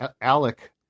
Alec